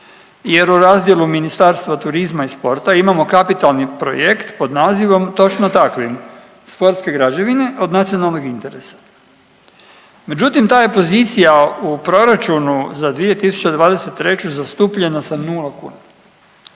jer u razdjelu Ministarstva turizma i sporta imamo kapitalni projekt pod nazivom točno takvim – sportske građevine od nacionalnog interesa. Međutim, ta je pozicija u Proračunu za 2023. zastupljena sa nula kuna,